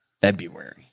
February